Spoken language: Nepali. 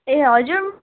ए हजुर